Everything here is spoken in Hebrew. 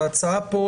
וההצעה פה היא,